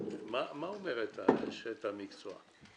מה אומרת אשת המקצוע?